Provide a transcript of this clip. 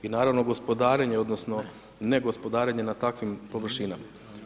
I naravno gospodarenje odnosno ne gospodarenje na takvim površinama.